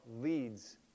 leads